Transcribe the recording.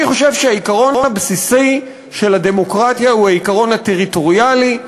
אני חושב שהעיקרון הבסיסי של הדמוקרטיה הוא העיקרון הטריטוריאלי.